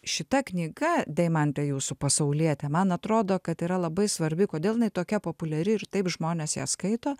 šita knyga deimante jūsų pasaulietė man atrodo kad yra labai svarbi kodėl jinai tokia populiari ir taip žmonės ją skaito